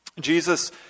Jesus